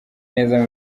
neza